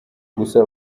gusa